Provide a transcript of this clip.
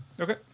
Okay